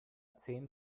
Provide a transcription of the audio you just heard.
zehn